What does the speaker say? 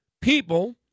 people